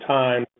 time